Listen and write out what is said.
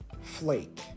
Flake